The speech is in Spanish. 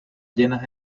llenas